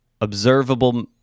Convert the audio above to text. Observable